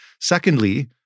secondly